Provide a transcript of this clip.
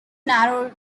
narrowed